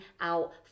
out